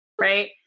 right